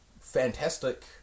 fantastic